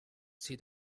see